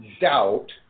doubt